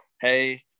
hey